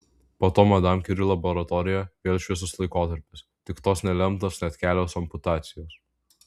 po to madam kiuri laboratorija vėl šviesus laikotarpis tik tos nelemtos net kelios amputacijos